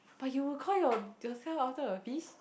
but you'll call yourself after a fish